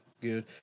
good